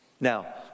Now